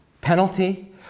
penalty